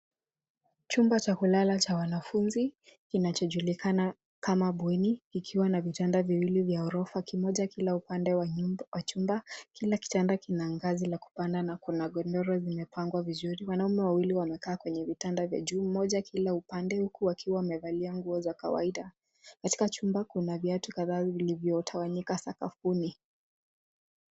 Chumba cha kulala cha wanafunzi kinachojulikana kama bweni kikiwa na vitanda viwili vya ghorofa, kimoja kila upande wa chumba. Kila kitanda kina ngazi la kupanda na kuna godoro limepangwa vizuri. Wanaume wawili wamekaa kwenye vitanda vya juu mmoja kila upande huku wakiwa wamevalia nguo za kawaida. Katika chumba kuna viatu kadhaa vilivyotawanyika sakafuni.